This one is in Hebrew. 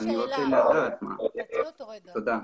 תודה.